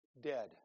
dead